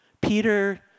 Peter